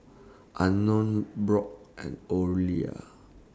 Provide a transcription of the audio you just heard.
Unknown Brock and Orelia